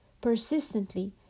persistently